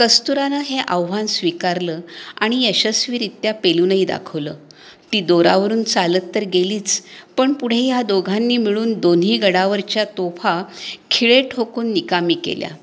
कस्तुरानं हे आव्हान स्वीकारलं आणि यशस्वीरित्या पेलूनही दाखवलं ती दोरावरून चालत तर गेलीच पण पुढे ह्या दोघांनी मिळून दोन्ही गडावरच्या तोफा खिळे ठोकून निकामी केल्या